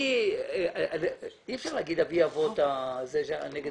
אני נלחמתי על נגד